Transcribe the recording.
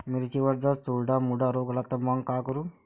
मिर्चीवर जर चुर्डा मुर्डा रोग आला त मंग का करू?